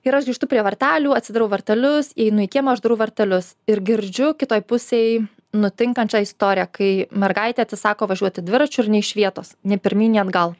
ir aš grįžtu prie vartelių atsidarau vartelius įeinu į kiemą uždarau vartelius ir girdžiu kitoj pusėj nutinkančią istoriją kai mergaitė atsisako važiuoti dviračiu ir nė iš vietos nė pirmyn nė atgal